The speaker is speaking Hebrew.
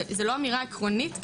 זו לא אמירה עקרונית,